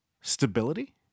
stability